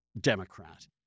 Democrat